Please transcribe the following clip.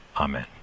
amen